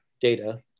data